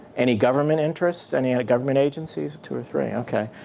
any government interests? any government agencies? two or three, okay.